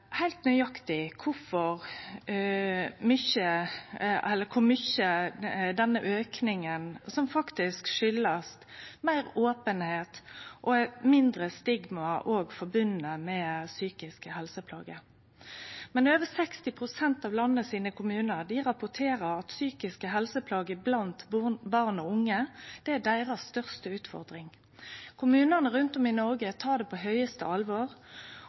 heilt nøyaktig kor mykje av denne auken som kjem av meir openheit og mindre stigma forbunde med psykiske helseplager. Over 60 pst. av kommunane i landet rapporterer om at psykiske helseplager blant barn og unge er deira største utfordring. Kommunane rundt om i Noreg tek det på største alvor,